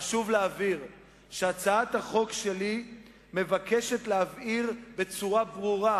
חשוב להבהיר שהצעת החוק שלי מבקשת להבהיר בצורה ברורה